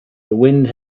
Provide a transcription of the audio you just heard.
wind